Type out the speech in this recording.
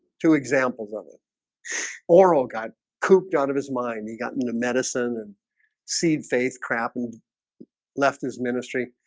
two examples of it oral god cooped out of his mind. he got into medicine and seed faith crap and left his ministry,